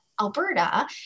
Alberta